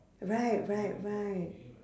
right right right